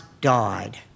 died